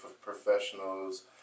professionals